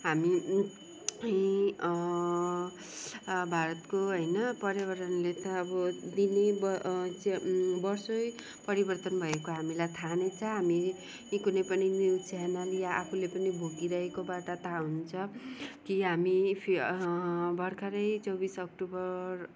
हामी भारतको होइन पर्यावरणले त अब दिनै वर्षै परिवर्तन भएको हामीलाई थाहा नै छ हामी कुनै पनि न्युज च्यानल या आफूले पनि भोगिरहेकोबाट थाहा हुन्छ कि हामी भर्खरै चौबिस अक्टोबर